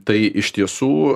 tai iš tiesų